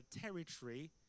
territory